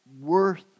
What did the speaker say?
worth